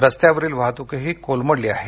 रस्त्यांवरील वाहतुकही कोलडमली आहे